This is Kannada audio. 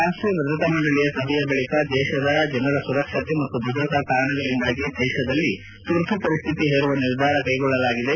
ರಾಷ್ಷೀಯ ಭದ್ರತಾ ಮಂಡಳಿಯ ಸಭೆಯ ಬಳಿಕ ದೇಶದ ಜನರ ಸುರಕ್ಷತೆ ಮತ್ತು ಭದ್ರತಾ ಕಾರಣಗಳಿಂದ ದೇಶದಲ್ಲಿ ತುರ್ತು ಪರಿಸ್ಥಿತಿ ಹೇರುವ ನಿರ್ಧಾರ ಕೈಗೊಳ್ಳಲಾಗಿದೆ